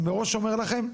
אני מראש אומר לכם,